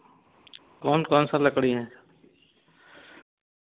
कौन कौन सा लकड़ी हैं